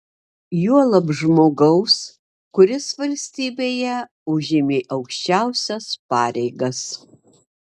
juolab žmogaus kuris valstybėje užėmė aukščiausias pareigas